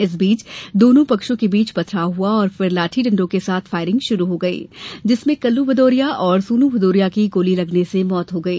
इस बीच दोनों पक्षों के बीच पथराव हुआ और फिर लाठी डंडों के साथ फायरिंग शुरू हो गई जिसमें कल्लू भदौरिया और सोनू भदौरिया की गोली लगने से मौत हो गई